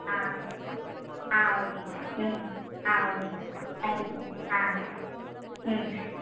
ஆ ஆ ஓகேங்க சார் ம் ஆ ஓகேங்க சார் தேங்க் யூ சார் ஆ ம்